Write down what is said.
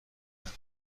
کرد